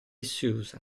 susan